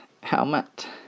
helmet